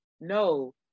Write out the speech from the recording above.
no